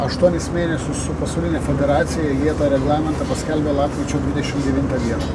aštuonis mėnesius su pasauline federacija jie tą reglamentą paskelbė lapkričio dvidešimt devintą dieną